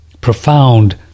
profound